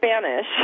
Spanish